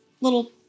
little